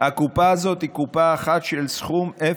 הקופה הזאת היא קופה אחת של סכום אפס.